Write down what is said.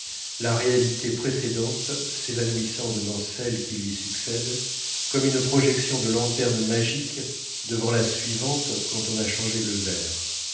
la réalité précédente s'évanouissant devant celle qui lui succède comme une projection de lanterne magique devant la suivante quand on a changé le verre